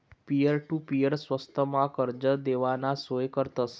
peer to peer स्वस्तमा कर्ज देवाना सोय करतस